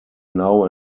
now